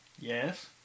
Yes